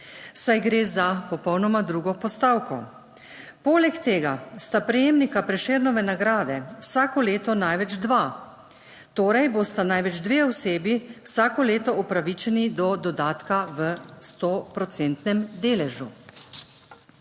saj gre za popolnoma drugo postavko. Poleg tega sta prejemnika Prešernove nagrade vsako leto največ dva, torej bosta največ dve osebi vsako leto upravičeni do dodatka v sto